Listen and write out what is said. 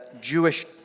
Jewish